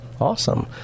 awesome